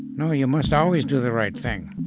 no, you must always do the right thing.